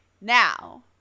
Now